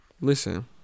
Listen